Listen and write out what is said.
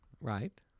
Right